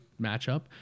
matchup